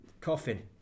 coffin